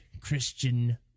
Christian